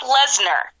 Lesnar